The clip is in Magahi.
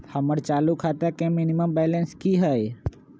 हमर चालू खाता के मिनिमम बैलेंस कि हई?